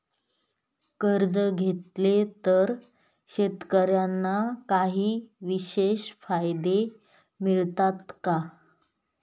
कर्ज घेतले तर शेतकऱ्यांना काही विशेष फायदे मिळतात का?